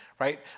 right